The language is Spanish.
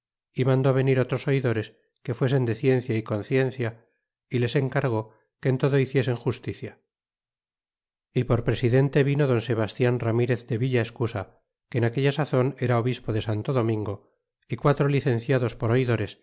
é mandó venir otros oidores que fuesen de ciencia y conciencia y les encargó que en todo hiciesen justicia y por presidentevino don sebastian ramirez de villaescusa que en aquella sazon era obispo de santo domingo y quatro licenciados por oidores